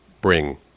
bring